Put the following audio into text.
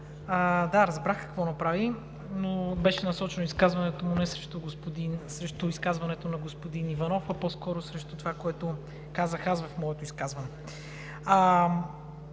Да, разбрах какво направи, но изказването му беше насочено не срещу изказването на господин Иванов, а по-скоро срещу това, което аз казах в моето изказване.